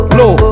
low